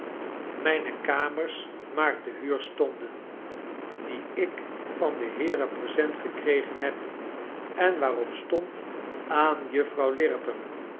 mijne kamers maar te huur stonden die ik van de heeren present gekregen heb en waarop stond aan juffrouw